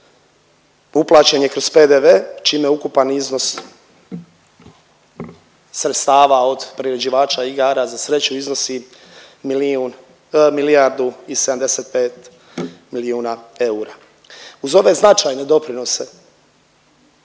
uplaćen je kroz PDV čime ukupan iznos sredstava od priređivača igara za sreću iznosi milijun, milijardu i 75 milijuna eura. Uz ove značajne doprinose